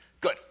Good